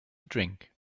drink